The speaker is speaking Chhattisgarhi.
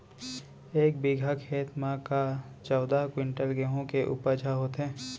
एक बीघा खेत म का चौदह क्विंटल गेहूँ के उपज ह होथे का?